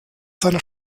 seiner